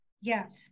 Yes